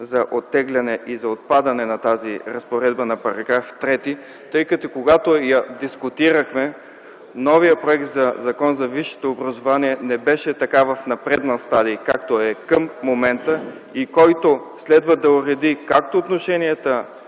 за оттегляне и за отпадане на разпоредбата на § 3, тъй като когато я дискутирахме, новият проект на Закона за висшето образование не беше в така напреднал стадий, както е към момента, и който следва да уреди както отношенията